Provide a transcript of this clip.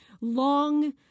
Long